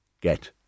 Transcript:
get